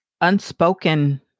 unspoken